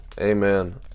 Amen